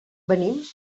venim